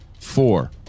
four